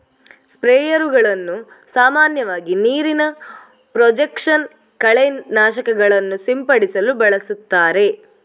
ಸ್ಪ್ರೇಯರುಗಳನ್ನು ಸಾಮಾನ್ಯವಾಗಿ ನೀರಿನ ಪ್ರೊಜೆಕ್ಷನ್ ಕಳೆ ನಾಶಕಗಳನ್ನು ಸಿಂಪಡಿಸಲು ಬಳಸುತ್ತಾರೆ